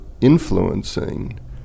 influencing